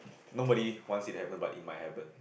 nobody wants it to happen but it might happen